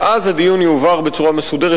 ואז הדיון יועבר בצורה מסודרת,